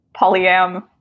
polyam